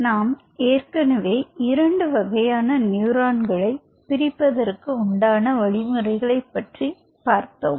நாம் ஏற்கனவே இரண்டு வகையான நியூரான்களை பிரிப்பதற்கு உண்டான வழிமுறைகளை பற்றிப் பார்த்தோம்